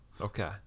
Okay